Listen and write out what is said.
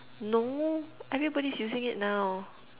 no everybody's using it now